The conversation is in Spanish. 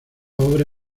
obra